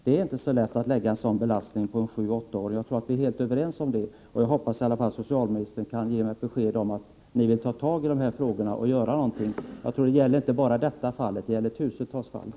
Det är inte så lätt för en sjueller åttaåring att leva med en sådan belastning. Jag tror att vi är helt överens om detta. Jag hoppas att socialministern kan ge mig ett besked om att ni vill ta tag i dessa frågor och göra någonting — inte bara i detta fall. Det är fråga om tusentals fall.